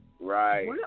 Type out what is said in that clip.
Right